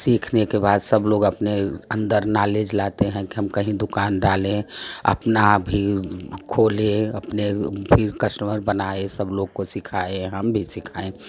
सीखने के बाद सब लोग अपने अंदर नालेज लाते हैं कि हम कहीं दुकान डालें अपना भी खोलें अपने फिर कस्टमर बनाएं सब लोग को सिखाएँ हम भी सिखाएँ